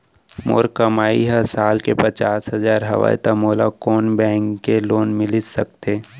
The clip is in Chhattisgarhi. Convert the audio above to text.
मोर कमाई ह साल के पचास हजार हवय त मोला कोन बैंक के लोन मिलिस सकथे?